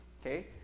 okay